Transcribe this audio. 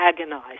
agonized